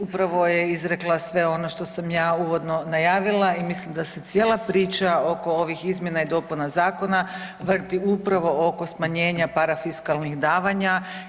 Upravo je izrekla sve ono što sam ja uvodno najavila i mislim da se cijela priča oko ovih izmjena i dopuna zakona vrti upravo oko smanjenja parafiskalnih davanja.